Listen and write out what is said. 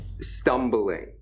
stumbling